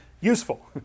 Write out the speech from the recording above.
useful